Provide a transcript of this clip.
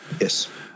Yes